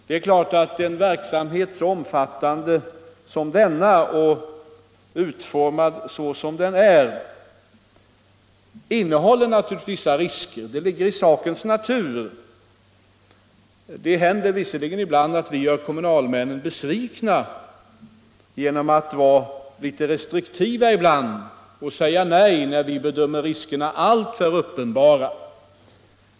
Det är klart att en verksamhet så omfattande som denna och utformad såsom den är innehåller vissa risker. Det ligger i sakens natur. Det händer visserligen ibland att vi gör kommunalmännen besvikna genom att vara litet restriktiva och säga nej när vi bedömer riskerna som alltför uppenbara.